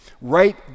right